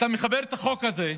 אתה מחבר את החוק הזה,